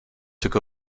took